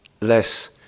less